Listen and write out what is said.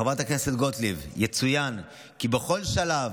חברת הכנסת גוטליב, יצוין כי בכל שלב,